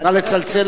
נא לצלצל.